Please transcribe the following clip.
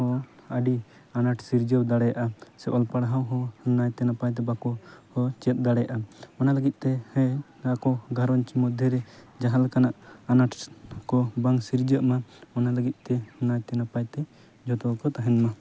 ᱦᱚᱸ ᱟᱹᱰᱤ ᱟᱱᱟᱴ ᱥᱤᱨᱡᱟᱹᱣ ᱫᱟᱲᱮᱭᱟᱜᱼᱟ ᱥᱮ ᱚᱞ ᱯᱟᱲᱦᱟᱣ ᱦᱚᱸ ᱱᱟᱭᱛᱮ ᱱᱟᱯᱟᱭ ᱛᱮ ᱵᱟᱠᱚ ᱪᱮᱫ ᱫᱟᱲᱮᱜᱼᱟ ᱚᱱᱟ ᱞᱟᱹᱜᱤᱫ ᱛᱮ ᱦᱮᱸ ᱟᱠᱚ ᱜᱷᱟᱨᱚᱸᱡᱽ ᱢᱚᱫᱽᱫᱷᱮᱨᱮ ᱡᱟᱦᱟᱸ ᱞᱮᱠᱟᱱᱟᱜ ᱟᱱᱟᱴ ᱠᱚ ᱵᱟᱝ ᱥᱤᱨᱡᱟᱹᱜ ᱢᱟ ᱚᱱᱟ ᱞᱟᱹᱜᱤᱫ ᱛᱮ ᱱᱟᱭᱛᱮ ᱱᱟᱯᱟᱭ ᱛᱮ ᱡᱚᱛᱚ ᱜᱮᱠᱚ ᱛᱟᱦᱮᱱ ᱢᱟ